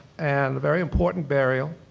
and a very important burial.